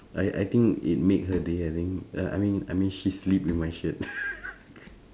I I think it made her day I think I mean I mean she sleep with my shirt